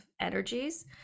energies